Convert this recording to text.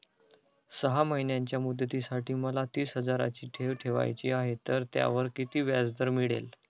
सहा महिन्यांच्या मुदतीसाठी मला तीस हजाराची ठेव ठेवायची आहे, तर त्यावर किती व्याजदर मिळेल?